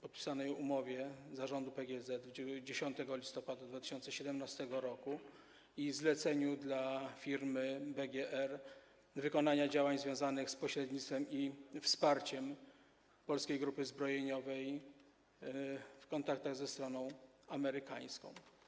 podpisanej umowie Zarządu PGZ w dniu 10 listopada 2017 r. i zleceniu dla firmy BGR dotyczącego wykonania działań związanych z pośrednictwem i wsparciem Polskiej Grupy Zbrojeniowej w kontaktach ze stroną amerykańską.